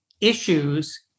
issues